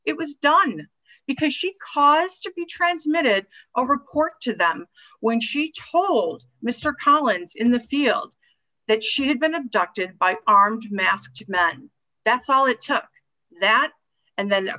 it was done because she caused to be transmitted over court to them when she told mr collins in the field that she had been abducted by armed masked men that's all it took that and then a